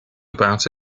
about